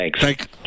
thanks